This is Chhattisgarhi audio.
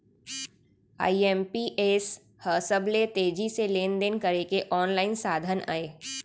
आई.एम.पी.एस ह सबले तेजी से लेन देन करे के आनलाइन साधन अय